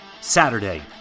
saturday